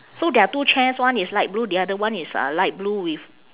so there are two chairs one is light blue the other one is uh light blue with